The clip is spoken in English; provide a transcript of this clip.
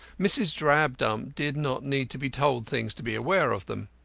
mrs. drabdump did not need to be told things to be aware of them.